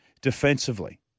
Defensively